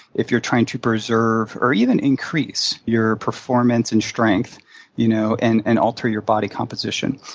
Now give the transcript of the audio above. if you're trying to preserve or even increase your performance and strength you know and and alter your body composition.